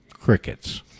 Crickets